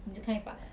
你只看一半 ah